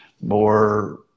more